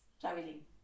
traveling